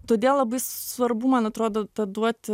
todėl labai svarbu man atrodo tą duoti